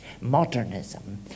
modernism